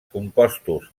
compostos